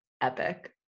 epic